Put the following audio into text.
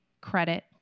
credit